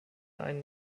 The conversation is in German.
ein